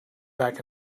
back